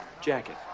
Jacket